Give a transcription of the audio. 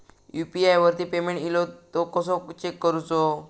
UPI वरती payment इलो तो कसो चेक करुचो?